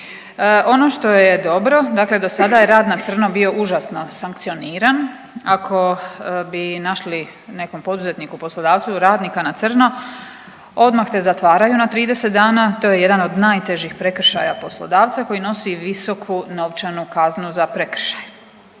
Ono što je dobro, dakle dosada je rad na crno bio užasno sankcioniran, ako bi našli nekom poduzetniku i poslodavcu radnika na crno odmah te zatvaraju na 30 dana, to je jedan od najtežih prekršaja poslodavca koji nosi visoku novčanu kaznu za prekršaj,